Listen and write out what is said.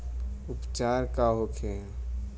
उपचार का होखे?